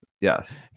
Yes